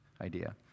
idea